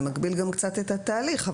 זה מגביל גם קצת את התהליך.